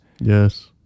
Yes